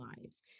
lives